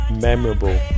memorable